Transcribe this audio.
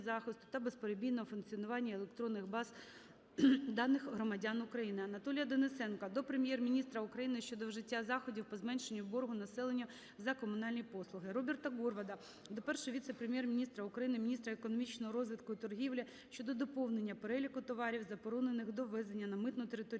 Анатолія Денисенка до Прем'єр-міністра України щодо вжиття заходів по зменшенню боргу населення за комунальні послуги. Роберта Горвата до Першого віце-прем'єр-міністра України - міністра економічного розвитку і торгівлі щодо доповнення Переліку товарів, заборонених до ввезення на митну територію